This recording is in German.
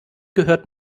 gehört